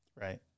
Right